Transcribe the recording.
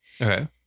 Okay